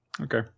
Okay